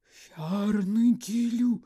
šernui gilių